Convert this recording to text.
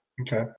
Okay